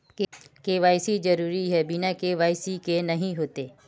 KYC जरुरी है बिना के.वाई.सी के नहीं होते?